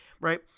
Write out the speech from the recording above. right